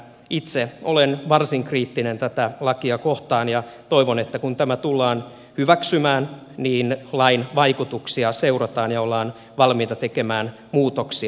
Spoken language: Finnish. itse olen varsin kriittinen tätä lakia kohtaan ja toivon että kun tämä tullaan hyväksymään niin lain vaikutuksia seurataan ja ollaan valmiita tekemään muutoksia